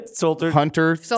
hunter